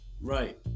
Right